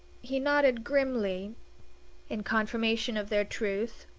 he nodded grimly in confirmation of their truth.